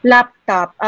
Laptop